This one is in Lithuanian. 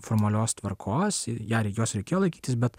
formalios tvarkos ją jos reikėjo laikytis bet